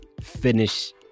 finish